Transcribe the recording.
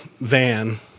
van